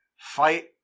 Fight